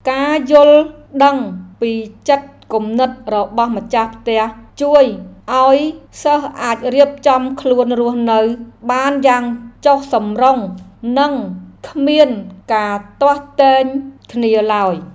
ការយល់ដឹងពីចិត្តគំនិតរបស់ម្ចាស់ផ្ទះជួយឱ្យសិស្សអាចរៀបចំខ្លួនរស់នៅបានយ៉ាងចុះសម្រុងនិងគ្មានការទាស់ទែងគ្នាឡើយ។